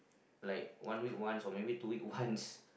like one week once or maybe two week once